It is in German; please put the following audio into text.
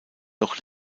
doch